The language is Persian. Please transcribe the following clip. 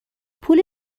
پول